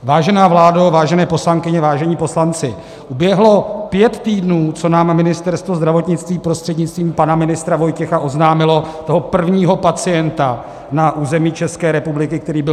Vážené vládo, vážené poslankyně, vážení poslanci, uběhlo pět týdnů, co nám Ministerstvo zdravotnictví prostřednictvím pana ministra Vojtěcha oznámilo toho prvního pacienta na území České republiky, který byl nakažen koronavirem.